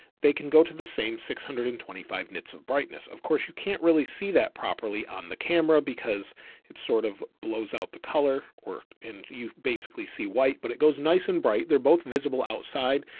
they can go to the same six hundred and twenty five nits of brightness. of course you can't really see that properly on the camera because it sort of blows out the color or in you basically see white, but it goes nice and bright. they're both visible outside.